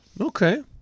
Okay